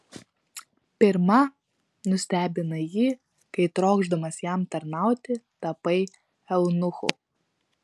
pirma nustebinai jį kai trokšdamas jam tarnauti tapai eunuchu